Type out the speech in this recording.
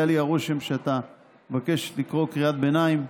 היה לי הרושם שאתה מבקש לקרוא קריאת ביניים.